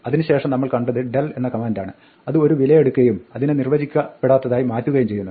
അതിന് ശേഷം നമ്മൾ കണ്ടത് ഡെൽ എന്ന കമാന്റാണ് അത് ഒരു വിലയെടുക്കുകയും അതിനെ നിർവ്വചിക്കപ്പെടാത്തതാക്കി മാറ്റുകയും ചെയ്യുന്നു